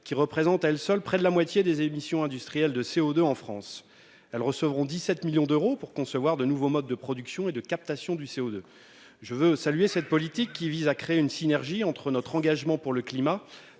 qui représentent à elles seules près de la moitié des émissions industrielles de CO2 en France. Elles recevront 17 millions d'euros pour concevoir de nouveaux modes de production et de captation du CO2. Je salue cette politique, qui vise à créer une synergie entre notre engagement pour le climat